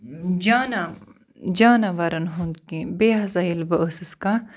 جان جاناوارَن ہُنٛد کیٚنٛہہ بیٚیہِ ہسا ییٚلہِ بہٕ ٲسٕس کانٛہہ